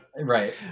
right